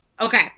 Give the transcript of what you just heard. Okay